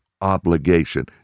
obligation